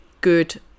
good